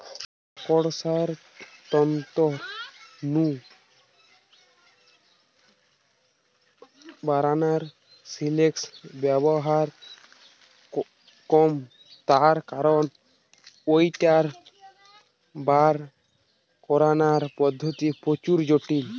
মাকড়সার তন্তু নু বারানা সিল্কের ব্যবহার কম তার কারণ ঐটার বার করানার পদ্ধতি প্রচুর জটিল